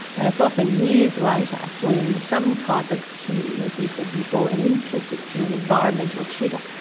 and it's often years later when some type of cue, as we said before, an implicit cue, an environmental trigger,